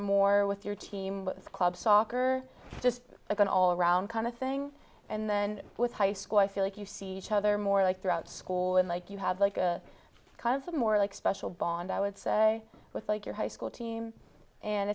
more with your team with club soccer just going all around kind of thing and then with high school i feel like you see each other more like throughout school and like you have like a kind of more like special bond i would say with like your high school team and